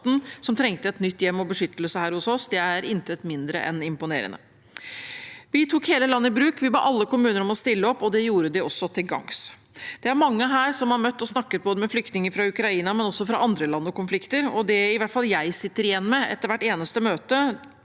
som trengte et nytt hjem og beskyttelse her hos oss nesten over natten, er intet mindre enn imponerende. Vi tok hele landet i bruk. Vi ba alle kommuner om å stille opp, og det gjorde de også til gangs. Det er mange her som har møtt og snakket med flyktninger både fra Ukraina og fra andre land og konflikter, og det i hvert fall jeg sitter igjen med etter hvert eneste møte,